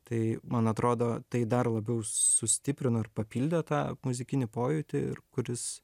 tai man atrodo tai dar labiau sustiprino ir papildė tą muzikinį pojūtį ir kuris